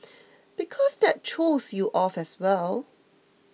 because that throws you off as well